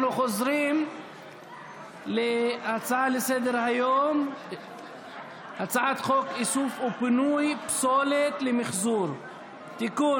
אנחנו חוזרים להצעת חוק איסוף ופינוי פסולת למחזור (תיקון,